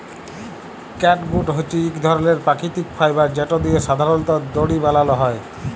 catgut হছে ইক ধরলের পাকিতিক ফাইবার যেট দিঁয়ে সাধারলত দড়ি বালাল হ্যয়